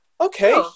okay